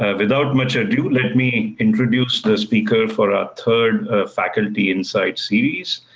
ah without much ado, let me introduce the speaker for our third faculty insight series.